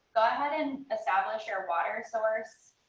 ahead and establish your water source.